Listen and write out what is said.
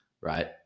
right